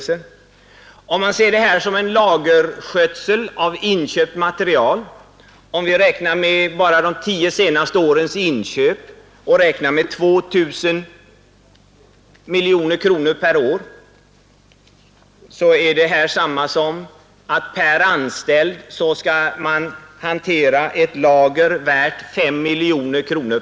Och om man ser verksamheten som en lagerskötsel av inköpt materiel och räknar med bara de tio senaste årens inköp om 2 000 miljoner kronor per år, så är det ungefär detsamma som att varje anställd har att hantera ett lager som är värt 5 miljoner kronor.